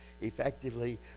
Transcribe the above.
effectively